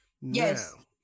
Yes